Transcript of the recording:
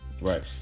right